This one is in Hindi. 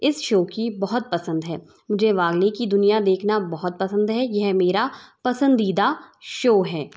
इस शो की बहुत पसंद है मुझे वागले की दुनिया देखना बहुत पसंद है यह मेरा पसंदीदा शो है